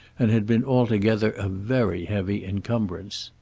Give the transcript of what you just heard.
and had been altogether a very heavy incumbrance.